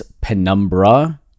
Penumbra